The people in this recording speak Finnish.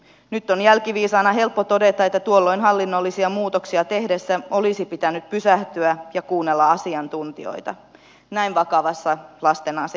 nyt on jälkiviisaana helppo todeta että tuolloin hallinnollisia muutoksia tehdessä olisi pitänyt pysähtyä ja kuunnella asiantuntijoita näin vakavassa lasten asiassa